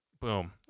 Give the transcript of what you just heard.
Boom